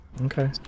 Okay